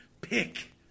pick